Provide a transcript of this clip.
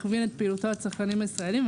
מכווין את פעילותו לצרכנים הישראלים,